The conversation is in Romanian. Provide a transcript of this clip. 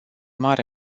mare